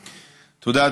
תודה.